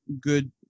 good